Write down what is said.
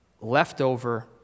leftover